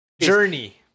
Journey